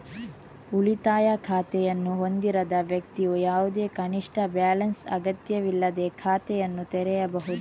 ಉಳಿತಾಯ ಖಾತೆಯನ್ನು ಹೊಂದಿರದ ವ್ಯಕ್ತಿಯು ಯಾವುದೇ ಕನಿಷ್ಠ ಬ್ಯಾಲೆನ್ಸ್ ಅಗತ್ಯವಿಲ್ಲದೇ ಖಾತೆಯನ್ನು ತೆರೆಯಬಹುದು